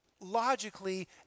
logically